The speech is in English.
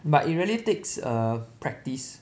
but it really takes err practice